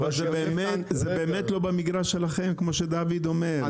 אבל זה באמת לא במגרש שלכם, כמו שדוד אומר.